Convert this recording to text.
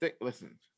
listen